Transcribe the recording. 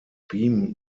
beam